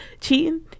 cheating